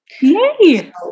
Yay